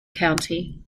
county